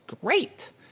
great